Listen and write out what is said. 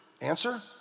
Answer